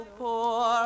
poor